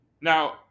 Now